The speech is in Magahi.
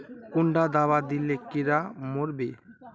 कुंडा दाबा दिले कीड़ा मोर बे?